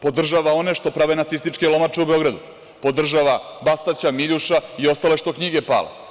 Podržava one što prave nacističke lomače u Beogradu, podržava Bastaća, Miljuša i ostale što knjige pale.